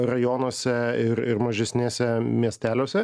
rajonuose ir ir mažesnėse miesteliuose